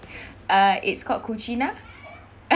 uh it's called cucina